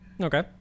Okay